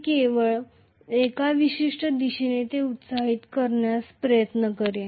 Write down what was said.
मी केवळ एका विशिष्ट दिशेने ते एक्साइटेड करण्याचा प्रयत्न करेन